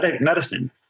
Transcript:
medicine